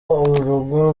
urugo